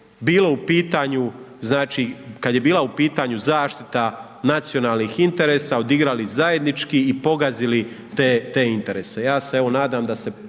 bilo u pitanju, kad je bila u pitanju zaštita nacionalnih interesa, odigrali zajednički i pogazili te interese.